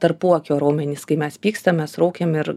tarpuakio raumenys kai mes pykstamės raukiam ir